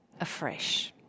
afresh